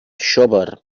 xóvar